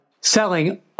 selling